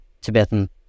Tibetan